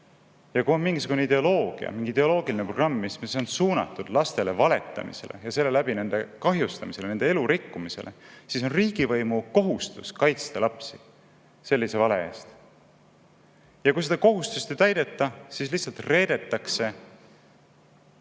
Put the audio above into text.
Ja kui on mingisugune ideoloogia, mingi ideoloogiline programm, mis on suunatud lastele valetamisele ja selle läbi nende kahjustamisele, nende elu rikkumisele, siis on riigivõimu kohustus kaitsta lapsi sellise vale eest. Ja kui seda kohustust ei täideta, siis lihtsalt reedetakse see